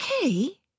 okay